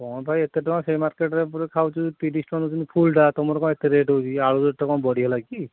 କ'ଣ ଭାଇ ଏତେ ଟଙ୍କା ସେହି ମାର୍କେଟରେ ପୁରା ଖାଉଛୁ ତିରିଶି ଟଙ୍କା ନେଉଛନ୍ତି ଫୁଲଟା ତୁମର କ'ଣ ଏତେ ରେଟ୍ ହେଉଛି କି ଆଳୁ ରେଟ୍ ତ କ'ଣ ବଢ଼ିଗଲା କି